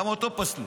וגם אותו פסלו.